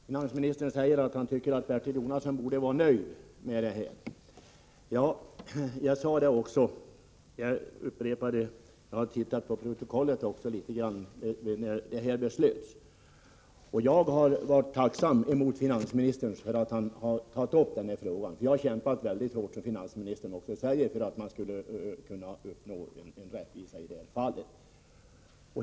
Herr talman! Finansministern säger att han tycker att jag borde vara nöjd med hur frågan avlöpte. Jag upprepar det jag sade när beslutet fattades, vilket framgår av protokollet, nämligen att jag är tacksam för att finansministern tog upp den här frågan. Jag har, som finansministern också säger, kämpat väldigt hårt för att rättvisa skulle uppnås i det här fallet.